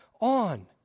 on